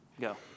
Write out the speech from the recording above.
go